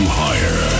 higher